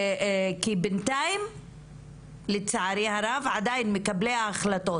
כי בינתיים לצערי הרב עדיין מקבלי ההחלטות,